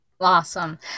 Awesome